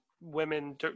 women